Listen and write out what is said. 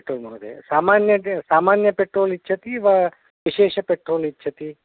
petrol महोदये सामान्य् सामान्यपेट्रोल् इच्छति वा विशेषपेट्रोल् इच्छति